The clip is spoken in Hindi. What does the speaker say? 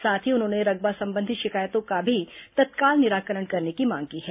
साथ ही उन्होंने रकबा संबंधी शिकायतों का भी तत्काल निराकरण करने की मांग की है